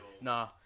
Nah